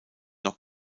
noch